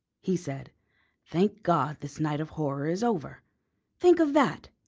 he said thank god, this night of horror is over think of that!